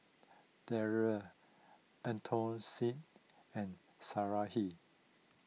Darrell Anastacio and Sarahi